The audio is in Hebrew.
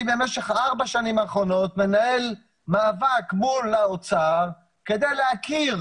במשך ארבע השנים האחרונות מנהל מאבק מול האוצר כדי להכיר